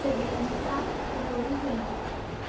February five two thousand twenty